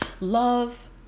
Love